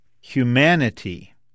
humanity